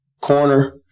corner